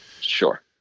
Sure